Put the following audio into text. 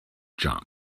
jump